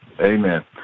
Amen